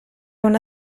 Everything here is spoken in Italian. una